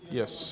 yes